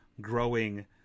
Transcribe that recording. growing